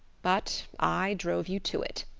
but i drove you to it.